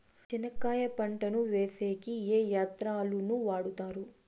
చెనక్కాయ పంటను వేసేకి ఏ యంత్రాలు ను వాడుతారు?